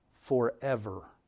forever